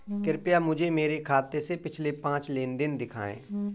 कृपया मुझे मेरे खाते से पिछले पाँच लेन देन दिखाएं